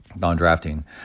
non-drafting